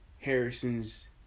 Harrison's